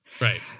Right